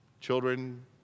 Children